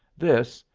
this,